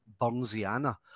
Burnsiana